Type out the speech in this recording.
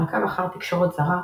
מעקב אחר תקשורת זרה,